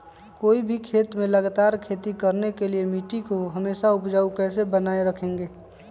कोई भी खेत में लगातार खेती करने के लिए मिट्टी को हमेसा उपजाऊ कैसे बनाय रखेंगे?